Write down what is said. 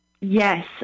Yes